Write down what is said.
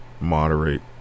moderate